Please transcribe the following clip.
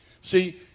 See